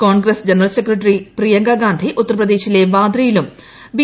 Congress general secretary പ്രിയ്യങ്കാർഗ്ഗാന്ധി ഉത്തർപ്രദേശിലെ വാദ്രായിലും B